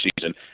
season